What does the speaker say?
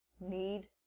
need